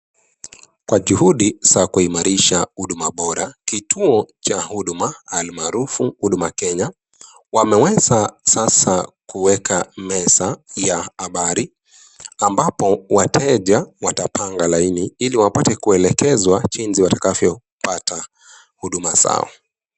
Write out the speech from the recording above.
Kwa juhudi za kuimarisha huduma bora, kituo cha huduma almaarufu Huduma Kenya wameweza sasa kuweka meza ya habari ambapo wateja watapanga laini ili wapate kuelekezwa jinsi watakavyopata huduma zao.